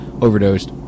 overdosed